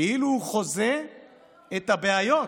כאילו הוא חוזה את הבעיות